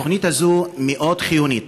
התוכנית הזאת מאוד חיונית.